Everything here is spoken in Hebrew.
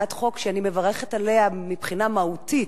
הצעת חוק שאני מברכת עליה מבחינה מהותית,